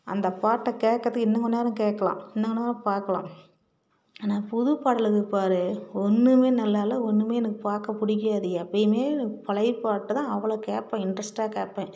அந்த பாட்டை கேட்கறது இன்னும் கொஞ்சம் நேரம் கேட்கலாம் இன்னும் கொஞ்சம் நேரம் பார்க்கலாம் ஆனால் புதுப்பாடல் இருக்குது பார் ஒன்றுமே நல்லாயில்லை ஒன்றுமே எனக்கு பார்க்க பிடிக்காது எப்போயுமே எனக்கு பழையை பாட்டு தான் அவ்வளோ கேட்பேன் இன்ட்ரெஸ்டாக கேட்பேன்